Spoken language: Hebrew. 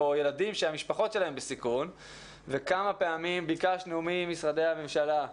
או ילדים שהמשפחות שלהם בסיכון וכמה פעמים ביקשנו ממשרדי הממשלה,